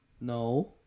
No